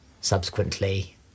subsequently